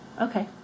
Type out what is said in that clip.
Okay